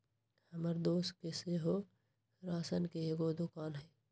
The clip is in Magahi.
हमर दोस के सेहो राशन के एगो दोकान हइ